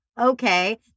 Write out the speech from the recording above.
Okay